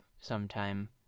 sometime